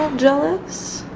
jealous